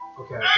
Okay